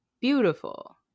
beautiful